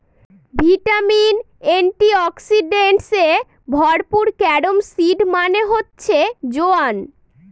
vitamin, antioxidants এ ভরপুর carom seed মানে হচ্ছে জোয়ান